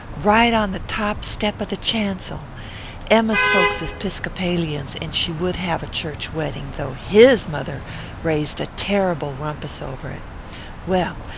right on the top step of the chancel emma's folks is piscopalians and she would have a church wedding, though his mother raised a terrible rumpus over it well,